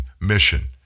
mission